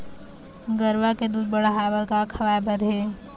गरवा के दूध बढ़ाये बर का खवाए बर हे?